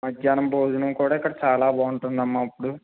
మధ్యాహ్నం భోజనం కూడా ఇక్కడ చాలా బాగుంటుంది అమ్మ ఇప్పుడు